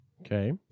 Okay